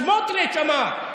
סמוטריץ' אמר.